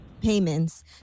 payments